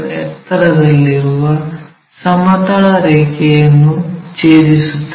ಎತ್ತರದಲ್ಲಿರುವ ಸಮತಲ ರೇಖೆಯನ್ನು ಛೇದಿಸುತ್ತದೆ